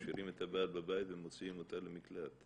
משאירים את הבעל בבית ומוציאים אותה למקלט.